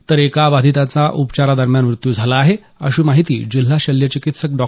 तर एका बाधिताचा उपचारादरम्यान मृत्यू झाला आहे अशी माहिती जिल्हा शल्यचिकित्सक डॉ